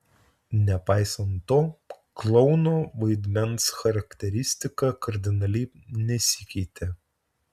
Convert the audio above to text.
nepaisant to klouno vaidmens charakteristika kardinaliai nesikeitė